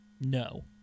No